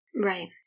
Right